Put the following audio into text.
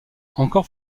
encore